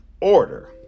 order